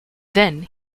then